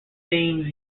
themes